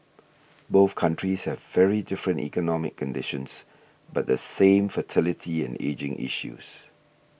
both countries have very different economic conditions but the same fertility and ageing issues